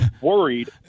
worried